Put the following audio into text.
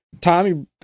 Tommy